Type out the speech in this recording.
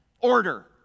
Order